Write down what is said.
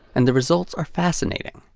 and the results are fascinating.